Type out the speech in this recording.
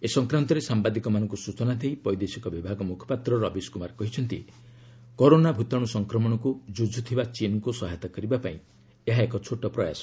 ଏ ସଂକ୍ରାନ୍ତରେ ସାମ୍ବାଦିକମାନଙ୍କ ସ୍ବଚନା ଦେଇ ବୈଦେଶିକ ବିଭାଗ ମୁଖପାତ୍ର ରବିଶ କୁମାର କହିଛନ୍ତି କରୋନା ଭୂତାଣୁ ସଂକ୍ରମଣକୁ କ୍ରୁଝୁଥିବା ଚୀନ୍କୁ ସହାୟତା କରିବା ପାଇଁ ଏହା ଏକ ଛୋଟ ପ୍ରୟାସ